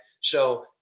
So-